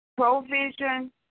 Provision